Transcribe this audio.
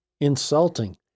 insulting